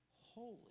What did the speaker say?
holy